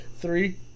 Three